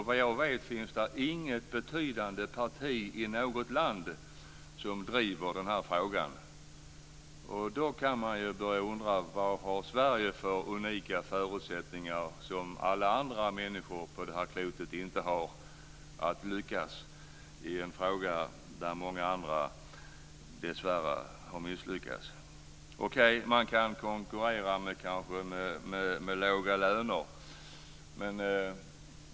Vad jag vet finns det inget betydande parti i något land som driver den här frågan. Då kan man ju börja undra vad vi i Sverige har för unika förutsättningar som alla andra människor på det här klotet inte har för att lyckas i en fråga där många andra, dessvärre, har misslyckats. Okej, man kanske kan konkurrera med låga löner.